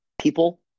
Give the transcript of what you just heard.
people